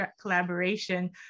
collaboration